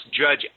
judge